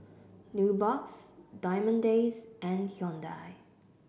Nubox Diamond Days and Hyundai